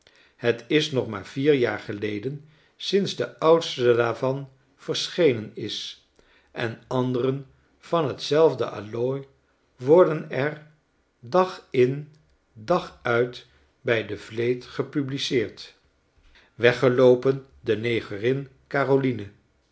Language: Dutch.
het is nog maar vier jaar geleden sinds de oudste daarvan verschenen is en anderen van t zelfde allooi worden er dag in dag uit bij de vleet gepubliceerd wegge'loopen de negerin caroline